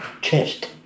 chest